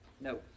no